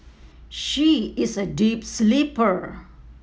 she is a deep sleeper